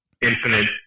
infinite